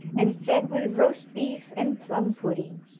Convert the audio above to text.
and fed with roast beef and plum-pudding,